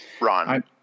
Ron